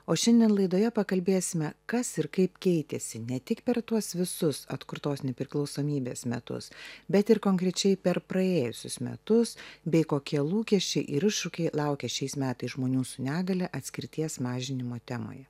o šiandien laidoje pakalbėsime kas ir kaip keitėsi ne tik per tuos visus atkurtos nepriklausomybės metus bet ir konkrečiai per praėjusius metus bei kokie lūkesčiai ir iššūkiai laukia šiais metais žmonių su negalia atskirties mažinimo temoje